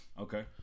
Okay